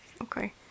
Okay